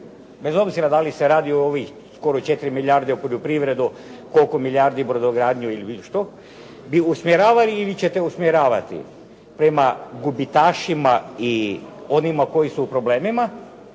Bez obzira da li se radi o ovih skoro 4 milijarde u poljoprivredu, koliko milijardi u brodogradnju ili bilo što, bi usmjeravali ili ćete usmjeravati prema gubitašima i onima koji su u problemima,